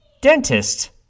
Dentist